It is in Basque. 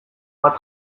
bat